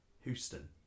Houston